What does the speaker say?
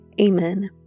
amen